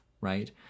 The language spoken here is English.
right